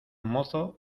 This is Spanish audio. mozo